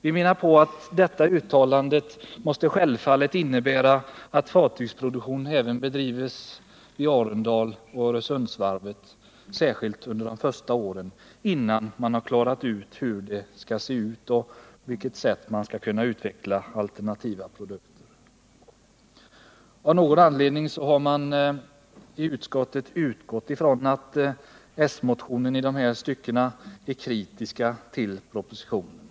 Vi menar att detta självfallet måste innebära att fartygsproduktion bedrivs även vid Arendalsoch Öresundsvarven, särskilt under de första åren innan man klarat ut hur verksamheten skall se ut och på vilket sätt man kan utveckla alternativa produkter. Av någon anledning har man i utskottet utgått ifrån att den socialdemokratiska motionen i det här stycket är kritisk till propositionen.